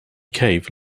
cave